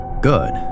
Good